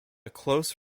close